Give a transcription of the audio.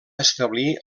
establir